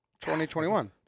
2021